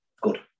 good